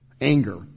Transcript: Anger